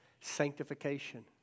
sanctification